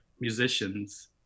musicians